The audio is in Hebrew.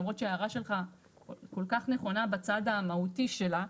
למרות שההערה שלך כל כך נכונה בצד המהותי שלה.